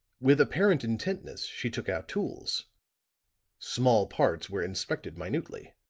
with apparent intentness she took out tools small parts were inspected minutely.